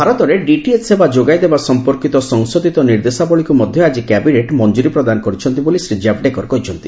ଭାରତରେ ଡିଟିଏଚ୍ ସେବା ଯୋଗାଇଦେବା ସମ୍ପର୍କୀତ ସଂଶୋଧିତ ନିର୍ଦ୍ଦେଶାବଳୀକୁ ମଧ୍ୟ ଆଜି କ୍ୟାବିନେଟ୍ ମଞ୍ଜୁରୀ ପ୍ରଦାନ କରିଛନ୍ତି ବୋଲି ଶ୍ରୀ ଜାଭଡେକର କହିଛନ୍ତି